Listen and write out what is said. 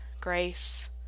grace